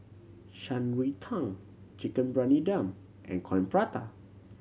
Shan Rui Tang Chicken Briyani Dum and Coin Prata